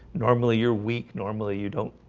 normally you're weak. normally you don't,